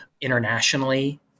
internationally